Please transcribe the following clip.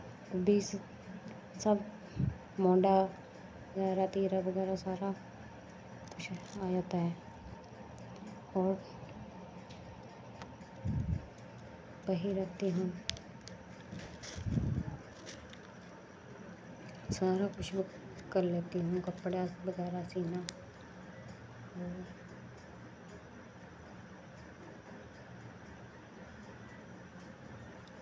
तीरा बगैरा सारा कुछ आई जंदा ऐ होर बहीं करती हूं सारा कुछ कर लेत्ती हूं कपड़ा बगैरा सीना